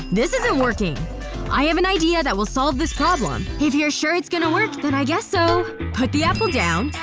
this isn't working i have an idea that will solve this problem if you're sure it's going to work, then i guess so put the apple down.